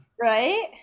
Right